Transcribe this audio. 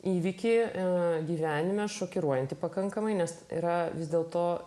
įvykį ir gyvenime šokiruojantį pakankamai nes yra vis dėl to